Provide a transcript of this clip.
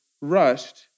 rushed